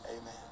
amen